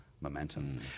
momentum